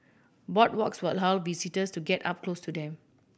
boardwalks will how visitors to get up close to them